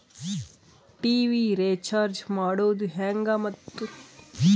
TV recharge ಮಾಡೋದು ಹೆಂಗ ಮತ್ತು?